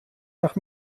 nach